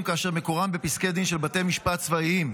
כאשר מקורם בפסקי דין של בתי משפט צבאיים.